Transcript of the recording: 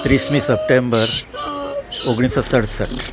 ત્રીસમી September ઓગણીસસો સડસઠ